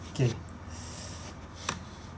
K